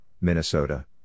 Minnesota